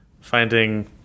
finding